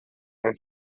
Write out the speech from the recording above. and